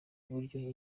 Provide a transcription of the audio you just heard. uburyo